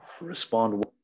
respond